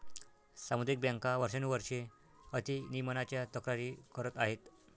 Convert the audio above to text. सामुदायिक बँका वर्षानुवर्षे अति नियमनाच्या तक्रारी करत आहेत